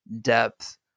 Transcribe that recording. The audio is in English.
depth